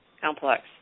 complex